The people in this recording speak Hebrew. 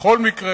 בכל מקרה,